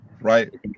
right